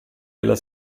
della